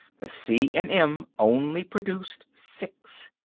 the c and m only produced six.